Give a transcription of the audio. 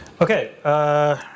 Okay